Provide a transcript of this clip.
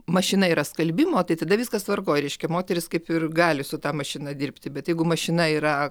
mašina yra skalbimo tai tada viskas tvarkoj reiškia moteris kaip ir gali su ta mašina dirbti bet jeigu mašina yra